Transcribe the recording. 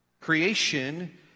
creation